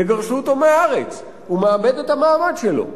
יגרשו אותו מהארץ, הוא מאבד את המעמד שלו.